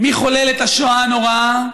מי חולל את השואה הנוראה,